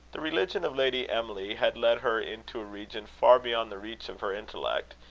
the religion of lady emily had led her into a region far beyond the reach of her intellect,